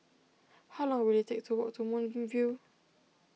how long will it take to walk to Moonbeam View